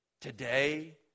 today